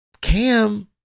Cam